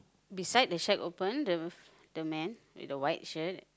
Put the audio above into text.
beside the shack open the the man with the white shirt